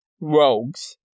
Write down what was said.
rogues